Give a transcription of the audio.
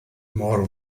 mor